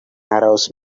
arouse